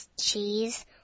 cheese